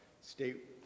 state